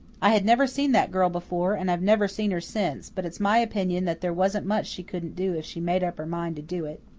i had never seen that girl before, and i've never seen her since, but it's my opinion that there wasn't much she couldn't do if she made up her mind to do it.